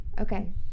okay